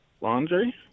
Laundry